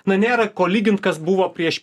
na nėra ko lygint kas buvo prieš